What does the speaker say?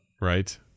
Right